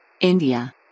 India